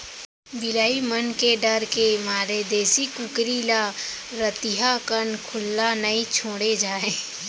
बिलाई मन के डर के मारे देसी कुकरी ल रतिहा कन खुल्ला नइ छोड़े जाए